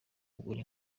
kugura